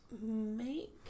Make